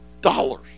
dollars